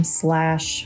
slash